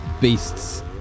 beasts